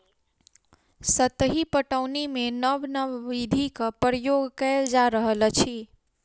सतही पटौनीमे नब नब विधिक प्रयोग कएल जा रहल अछि